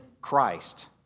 Christ